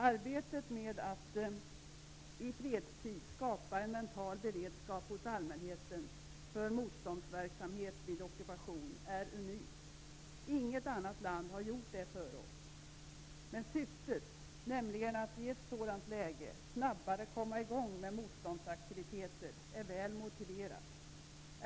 Arbetet med att i fredstid skapa en mental beredskap hos allmänheten för motståndsverksamhet vid ockupation är unikt. Inget annat land har gjort det före oss. Men syftet, nämligen att i ett sådant läge snabbare komma i gång med motståndsaktiviteter, är väl motiverat.